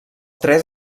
tres